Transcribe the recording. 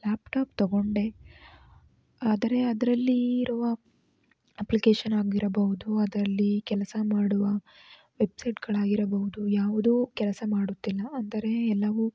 laptop ತೊಗೊಂಡೆ ಆದರೆ ಅದರಲ್ಲಿ ಇರುವ ಅಪ್ಲಿಕೇಶನ್ ಆಗಿರಬಹುದು ಅದರಲ್ಲಿ ಕೆಲಸ ಮಾಡುವ ವೆಬ್ಸೈಟ್ಗಳಾಗಿರಬಹುದು ಯಾವುದೂ ಕೆಲಸ ಮಾಡುತ್ತಿಲ್ಲ ಅಂದರೆ ಎಲ್ಲವೂ